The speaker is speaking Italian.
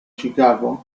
chicago